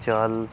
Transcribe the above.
ਚੱਲ